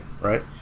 right